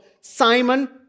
Simon